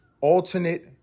Alternate